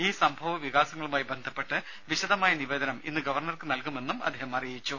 ഈ സംഭവവികാസങ്ങളുമായി ബന്ധപ്പെട്ട് വിശദമായ നിവേദനം ഇന്ന് ഗവർണ്ണർക്ക് നൽകുമെന്നും അദ്ദേഹം അറിയിച്ചു